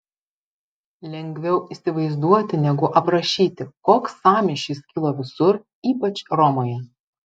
lengviau įsivaizduoti negu aprašyti koks sąmyšis kilo visur ypač romoje